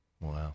Wow